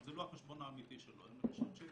זה לא החשבון האמתי שלו אין לו שם צ'קים,